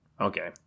Okay